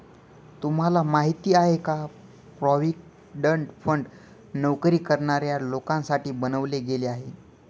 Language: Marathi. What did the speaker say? तुम्हाला माहिती आहे का? प्रॉव्हिडंट फंड नोकरी करणाऱ्या लोकांसाठी बनवले गेले आहे